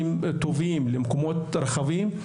טובים ולמקומות רחבים,